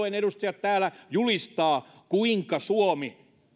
asia keskustapuolueen edustajat täällä julistavat kuinka suomi